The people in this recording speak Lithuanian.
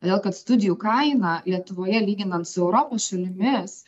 todėl kad studijų kaina lietuvoje lyginant su europos šalimis